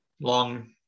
long